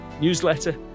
newsletter